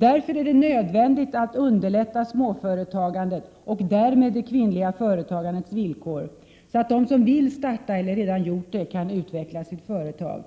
Därför är det nödvändigt att underlätta småföretagandet och därmed det kvinnliga företagandets villkor, så att de som vill starta ett företag kan göra det eller de som redan har gjort det kan utveckla sitt företag.